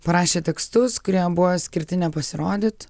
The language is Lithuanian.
parašė tekstus kurie buvo skirti nepasirodyt